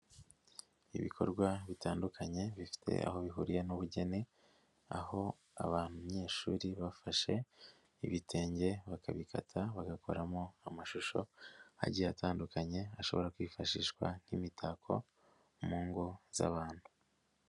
Ibikorwa bitandukanye bifite aho bihuriye n'ubugeni, aho abanyeshuri bafashe ibitenge bakabikata bagakoramo amashusho agiye atandukanye, ashobora kwifashishwa nk'imitako mu ngo z'abantu.